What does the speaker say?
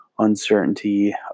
uncertainty